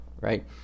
Right